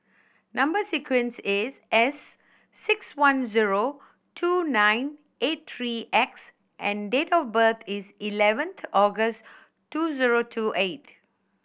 number sequence is S six one zero two nine eight three X and date of birth is eleventh August two zero two eight